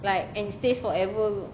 like and stays forever